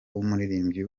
w’umuririmbyi